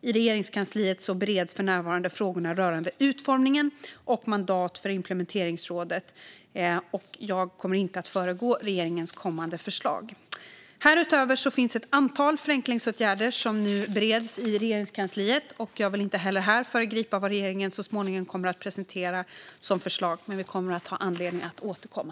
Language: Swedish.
I Regeringskansliet bereds för närvarande frågor rörande utformning och mandat för implementeringsrådet, och jag kommer inte att föregripa regeringens kommande förslag. Härutöver finns ett antal förenklingsåtgärder som nu bereds i Regeringskansliet. Jag vill inte heller här föregripa vad regeringen så småningom kommer att presentera som förslag. Vi kommer dock att ha anledning att återkomma.